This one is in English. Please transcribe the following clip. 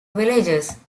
villages